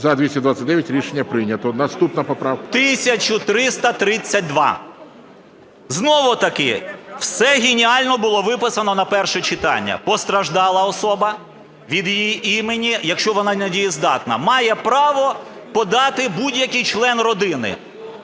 За-229 Рішення прийнято. Наступна поправка. 15:10:43 СОБОЛЄВ С.В. 1332. Знову таки, все геніально було виписано на перше читання: "Постраждала особа, від її імені, якщо вона недієздатна, має право подати будь-який член родини.".